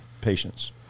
patients